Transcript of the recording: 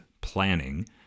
planning